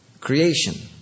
Creation